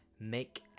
make